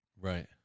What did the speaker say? Right